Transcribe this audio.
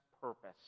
purpose